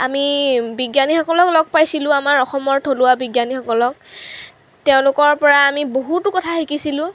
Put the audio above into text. আমি বিজ্ঞানীসকলক লগ পাইছিলোঁ আমাৰ অসমৰ থলুৱা বিজ্ঞানীসকলক তেওঁলোকৰ পৰা আমি বহুতো কথা শিকিছিলোঁ